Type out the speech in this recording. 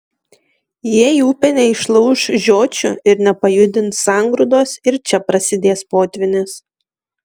jei upė neišlauš žiočių ir nepajudins sangrūdos ir čia prasidės potvynis